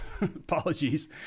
Apologies